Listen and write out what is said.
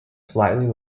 slightly